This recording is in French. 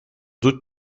doute